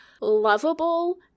lovable